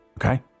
Okay